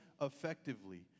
effectively